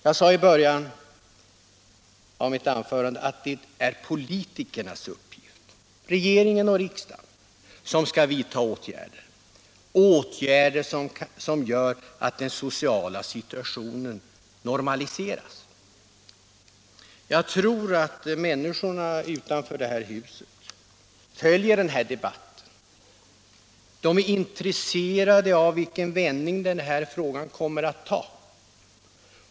Jag sade i början av mitt anförande att det är en uppgift för politikerna — för regering och riksdag — att vidtaga åtgärder som gör att den sociala situationen normaliseras. Jag tror att människorna utanför det här huset följer denna debatt — de är intresserade av vilken vändning frågan kommer att ta.